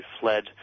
fled